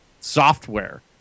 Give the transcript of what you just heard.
software